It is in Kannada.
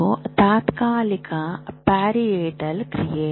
ಇದು ತಾತ್ಕಾಲಿಕ ಪ್ಯಾರಿಯೆಟಲ್ ಕ್ರಿಯೆ